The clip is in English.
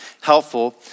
helpful